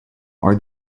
are